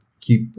keep